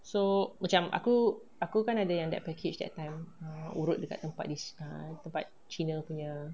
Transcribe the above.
so macam aku aku kan ada yang that package that time err urut kat tempat err tempat cina punya